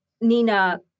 Nina